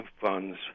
funds